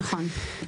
נכון.